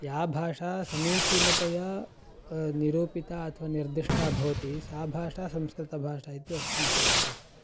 या भाषा समीचीनतया निरूपिता अथवा निर्दिष्टा भवति सा भाषा संस्कृतभाषा इति वक्तुं शक्यते